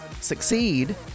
succeed